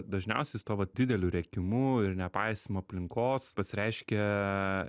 dažniausiai su tuo va dideliu rėkimu ir nepaisymu aplinkos pasireiškia